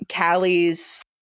Callie's